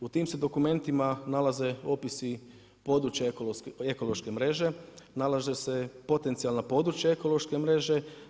U tim se dokumentima nalaze opisi područja ekološke mreže, nalaze se potencijalna područja ekološke mreže.